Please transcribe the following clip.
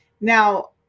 Now